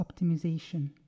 optimization